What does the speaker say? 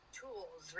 tools